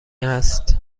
است